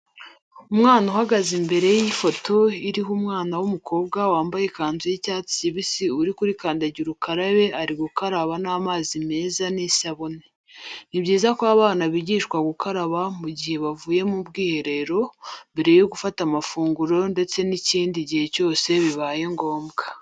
Umwana uhagaze imbere y'ifoto iriho umwana w'umukobwa wamabaye ikanzu y'icyatsi kibisi uri kuri kandagirukarabe ari gukaraba n'amazi meza n'isabune . Ni byiza ko abana bigishwa gukaraba mu gihe bavuye mu bwiherero, mbere yo gufata amafunguro ndetse n'ikindi gihe cyose bibaye ngombwa.